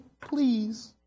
Please